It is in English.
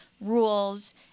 rules